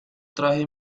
traje